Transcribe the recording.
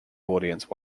audience